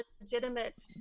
legitimate